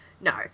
no